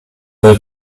that